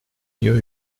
mieux